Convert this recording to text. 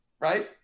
right